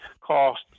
cost